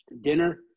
dinner